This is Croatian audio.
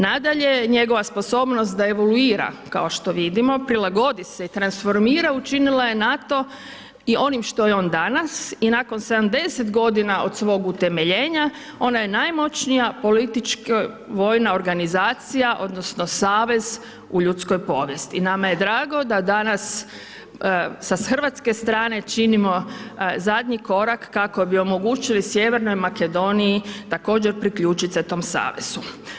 Nadalje, njegova sposobnost da evoluira kao što vidimo, prilagodi se i transformira, učinila je NATO i onim što je on danas i nakon 70.g. od svog utemeljenja ona je najmoćnija politička vojna organizacija odnosno savez u ljudskoj povijesti, nama je drago da danas sa hrvatske strane činimo zadnji korak kako bi omogućili sjevernoj Makedoniji također priključit se tom savezu.